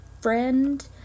friend